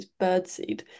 birdseed